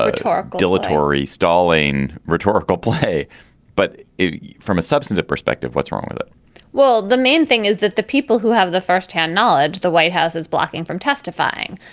ah talk dilatory stalin rhetorical play but from a substantive perspective what's wrong with it well the main thing is that the people who have the firsthand knowledge the white house is blocking from testifying.